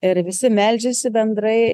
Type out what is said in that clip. ir visi meldžiasi bendrai